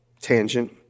tangent